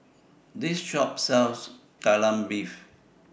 This Shop sells Kai Lan Beef